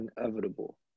inevitable